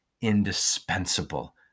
indispensable